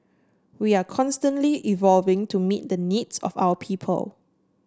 we are constantly evolving to meet the needs of our people